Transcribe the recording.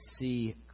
see